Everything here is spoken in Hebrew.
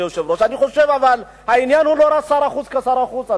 אבל אני חושב שהעניין הוא לא רק שר החוץ כשר החוץ,